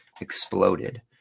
exploded